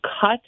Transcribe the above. cut